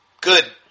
good